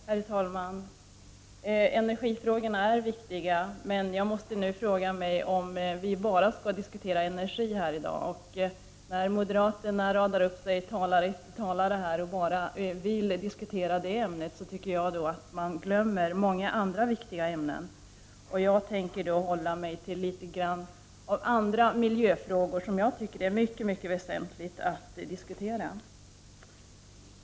Herr talman! Energifrågorna är viktiga, men jag börjar nu fråga mig om vi verkligen bara skall diskutera energi här i dag. När moderaterna radar upp talare efter talare och bara vill diskutera detta, är jag rädd för att man glömmer många andra viktiga ämnen. Jag tänker därför hålla mig till en del andra miljöfrågor, som jag tycker det är mycket väsentligt att diskutera.